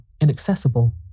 inaccessible